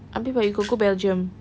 habis but you got go belgium